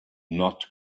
not